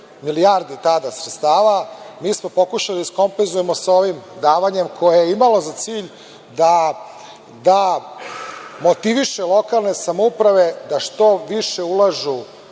milijardi sredstava, mi smo pokušali da iskompenzujemo sa ovim davanjem koje je imalo za cilj da motiviše lokalne samouprave da što više ulažu